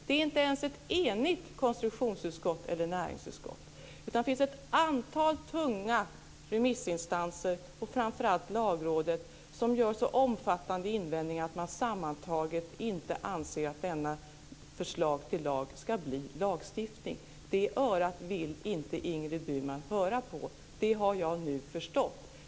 Det är inte ens ett enigt konstitutionsutskott eller näringsutskott. Det finns ett antal tunga remissinstanser, och fram för allt Lagrådet, som gör så omfattande invändningar att man sammantaget inte anser att detta förslag till lag ska bli lagstiftning. Det örat vill inte Ingrid Burman höra på. Det har jag nu förstått.